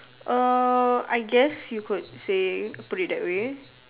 err I guess you could say put it that way